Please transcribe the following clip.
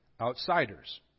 outsiders